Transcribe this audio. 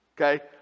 Okay